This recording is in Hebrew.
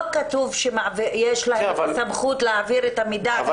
לא כתוב שיש להם סמכות להעביר את המידע.